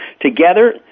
together